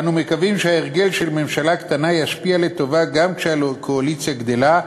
אנו מקווים שההרגל של ממשלה קטנה ישפיע לטובה גם כשהקואליציה גדלה,